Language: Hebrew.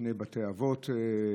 שני בתי אבות,